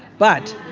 but